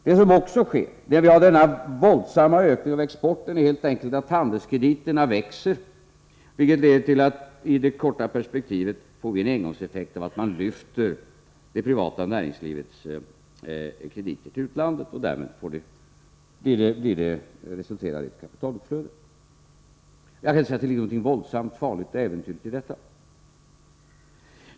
Det som också sker och som gör att vi har denna våldsamma ökning av exporten är helt enkelt att handelskrediterna växer, vilket i det korta perspektivet leder till den engångseffekten att man lyfter det privata näringslivets krediter till utlandet, och det resulterar därmed i ett kapitalutflöde. Jag kan inte se att det ligger någonting våldsamt farligt och äventyrligt i detta.